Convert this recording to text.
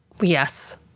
Yes